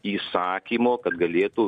įsakymo kad galėtų